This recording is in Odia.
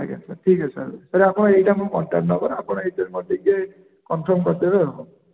ଆଜ୍ଞା ସାର୍ ଠିକ୍ ଅଛି ସାର୍ ସାର୍ ଆପଣ ଏଇଟା ମୋ କଣ୍ଟାଟ୍ ନମ୍ବର୍ ଆପଣ ଏହିଥିରେ ମୋତେ ଟିକେ କନଫର୍ମ୍ କରିଦେବେ ଆଉ